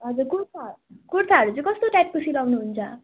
हजुर कुर्था कुर्थाहरू चाहिँ कस्तो टाइपको सिलाउनुहुन्छ